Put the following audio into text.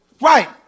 Right